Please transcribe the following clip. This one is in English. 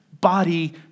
body